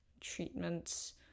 treatments